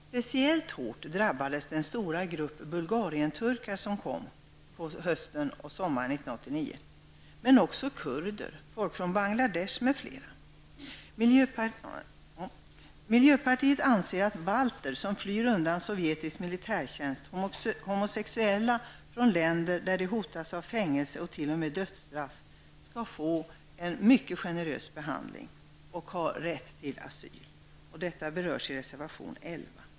Speciellt hårt drabbades den stora grupp bulgarienturkar som kom på hösten och sommaren 1989, men också kurder, folk från Bangladesh, m.fl. har drabbats. Miljöpartiet anser att balter som flyr undan sovjetisk militärtjänst och homosexuella från länder där de hotas av fängelse eller t.o.m. dödsstraff skall få en mycket generös behandling och ha rätt till asyl. Detta berörs i reservation 11.